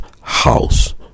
house